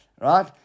right